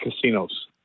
casinos